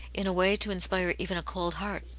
in a way to inspire even a cold heart.